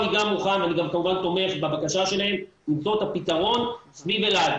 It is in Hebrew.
אני כמובן תומך בבקשה שלהם למצוא את הפתרון סביב אלעד.